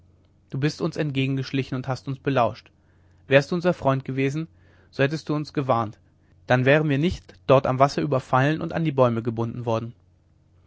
du bist uns entgegengeschlichen und hast uns belauscht wärst du unser freund gewesen so hättest du uns gewarnt dann wären wir nicht dort am wasser überfallen und an die bäume gebunden worden